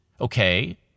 okay